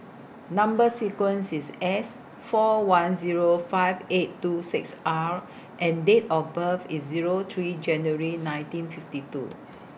Number sequence IS S four one Zero five eight two six R and Date of birth IS Zero three January nineteen fifty two